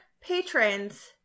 patrons